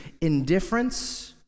indifference